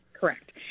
correct